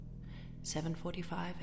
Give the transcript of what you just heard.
7.45